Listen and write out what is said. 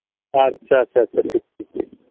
ᱟᱪᱪᱷᱟ ᱟᱪᱪᱷᱟ ᱴᱷᱤᱠ ᱴᱷᱤᱠ